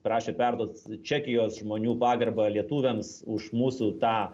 prašė perduot čekijos žmonių pagarbą lietuviams už mūsų tą